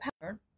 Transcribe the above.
pattern